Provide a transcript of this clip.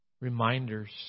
reminders